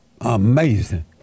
Amazing